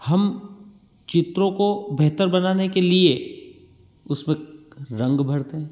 हम चित्रों को बेहतर बनाने के लिए उसमें रंग भरते हैं